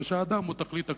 זה שהאדם הוא תכלית הכול.